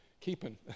keeping